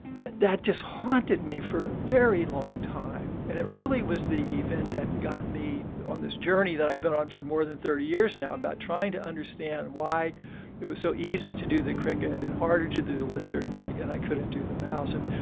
that just haunted me for a very long time. and it really was the event that got me on this journey that i've been on for more than thirty years now about trying to understand why it was so easy to do the cricket and harder to do the lizard and i and i couldn't do the mouse. and,